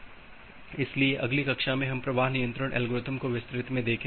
इसलिए अगली कक्षा में हम प्रवाह नियंत्रण एल्गोरिथ्म को विस्तृत में देखेंगे